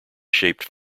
shaped